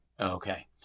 Okay